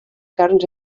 carns